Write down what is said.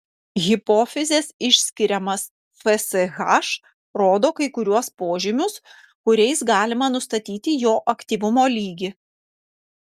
hipofizės išskiriamas fsh rodo kai kuriuos požymius kuriais galima nustatyti jo aktyvumo lygį